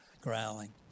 growling